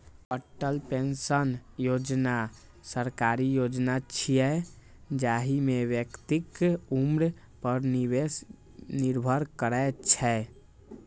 Atal pension योजना सरकारी योजना छियै, जाहि मे व्यक्तिक उम्र पर निवेश निर्भर करै छै